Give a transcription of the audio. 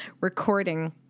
recording